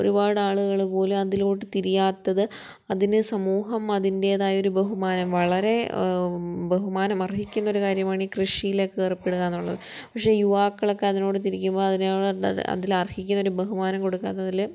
ഒരുപാട് ആളുകള് പോലും അതിലോട്ട് തിരിയാത്തത് അതിനെ സമൂഹം അതിൻറ്റെതായൊരു ബഹുമാനം വളരേ ബഹുമാനം അർഹിക്കുന്നൊരു കാര്യമാണ് ഈ കൃഷീലേക്കേർപ്പെടുക എന്നുള്ളത് പക്ഷേ യുവാക്കൾക്കതിനോട് തിരിക്കുമബോള് അതിനോ അതിലർഹിക്കുന്നൊരു ബഹുമാനം കൊടുക്കാത്തതില്